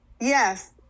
Yes